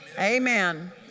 Amen